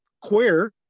queer